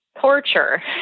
torture